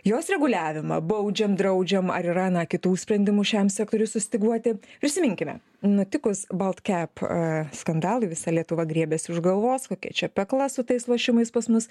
jos reguliavimą baudžiam draudžiam ar yra na kitų sprendimų šiam sektoriui sustyguoti prisiminkime nutikus baltkep skandalui visa lietuva griebėsi už galvos kokia čia pekla su tais lošimais pas mus